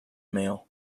male